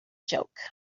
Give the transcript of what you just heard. joke